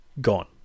gone